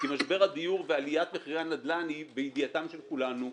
כי משבר הדיור ועליית מחירי הנדל"ן היא בידיעתם של כולנו.